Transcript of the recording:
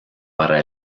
para